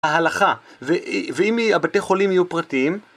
ההלכה, ו... ואם היא הבתי חולים יהיו פרטיים